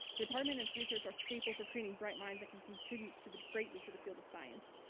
department's research are staple for creating bright mind that can contributes to the greatly to the field of science.